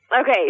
Okay